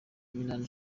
minani